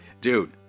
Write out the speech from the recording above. Dude